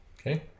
Okay